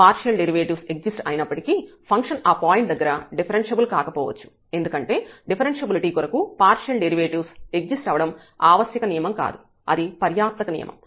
partial derivatives exist అయినప్పటికీ function ఆ point దగ్గర డిఫరెన్ష్యబుల్ కాకపోవచ్చు ఎందుకంటే డిఫరెన్ష్యబిలిటీ కొరకు పార్షియల్ డెరివేటివ్స్ ఎగ్జిస్ట్ అవ్వడం ఆవశ్యక నియమం కాదు అది పర్యాప్తక నియమం